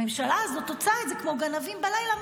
הממשלה הזאת עושה את זה כמו גנבים בלילה,